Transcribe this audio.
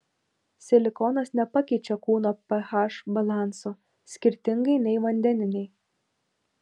silikonas nepakeičia kūno ph balanso skirtingai nei vandeniniai